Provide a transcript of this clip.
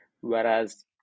whereas